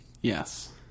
Yes